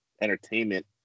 entertainment